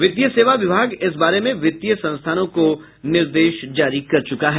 वित्तीय सेवा विभाग इस बारे में वित्तीय संस्थानों को निर्देश जारी कर चुका है